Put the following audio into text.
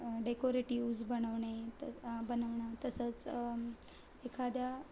decoratives बनवणे बनवणं तसंच एखाद्या